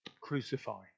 crucify